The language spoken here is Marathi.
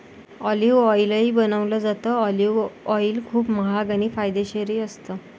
ऑलिव्ह ऑईलही बनवलं जातं, ऑलिव्ह ऑईल खूप महाग आणि फायदेशीरही असतं